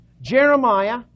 Jeremiah